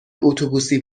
اتوبوسی